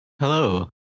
Hello